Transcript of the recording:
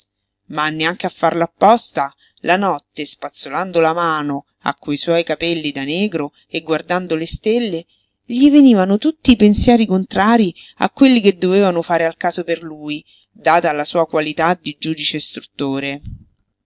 ma neanche a farlo apposta la notte spazzolando la mano a quei suoi capelli da negro e guardando le stelle gli venivano tutti i pensieri contrarii a quelli che dovevano fare al caso per lui data la sua qualità di giudice istruttore